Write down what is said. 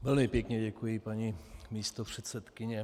Velmi pěkně děkuji paní místopředsedkyně.